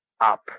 up